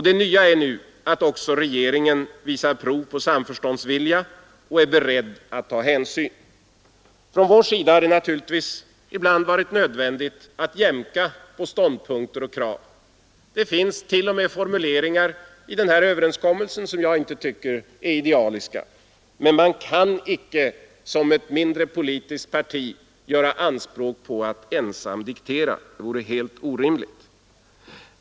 Det nya nu är att också regeringen visar prov på samförståndsvilja och är beredd att ta hänsyn. Från vår sida har det naturligtvis ibland varit nödvändigt att jämka på ståndpunkter och krav. Det finns t.o.m. formuleringar i den här överenskommelsen som jag inte tycker är idealiska. Men man kan icke som ett mindre, politiskt parti göra anspråk på att ensam diktera, det vore helt orimligt.